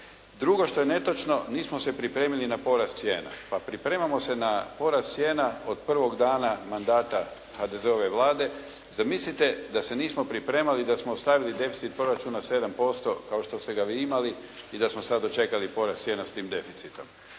Drugo što je netočno nismo se pripremili na porast cijena. Pa pripremamo se na porast cijena od prvog dana mandata HDZ-ove Vlade. Zamislite da se nismo pripremali, da smo ostavili deficit proračuna 7% kao što ste ga vi imali i da smo sad dočekali porast cijena s tim deficitom.